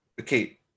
okay